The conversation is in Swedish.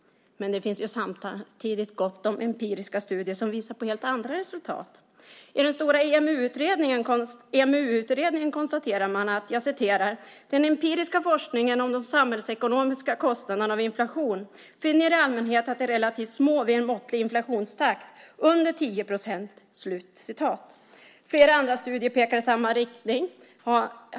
Men det finns samtidigt gott om empiriska studier som visar på helt andra resultat. I den stora EMU-utredningen konstaterade man att den "empiriska forskningen om de samhällsekonomiska kostnaderna av inflation finner i allmänhet att de är relativt små vid en måttlig inflationstakt - under 10 procent". Flera andra studier pekar i samma riktning.